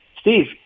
steve